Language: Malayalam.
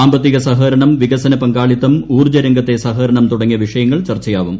സാമ്പത്തിക സഹകരണം വികസന പങ്കാളിത്തം ഊർജ്ജരംഗത്തെ സഹകരണം തുടങ്ങിയ വിഷയങ്ങൾ ചർച്ചയാവും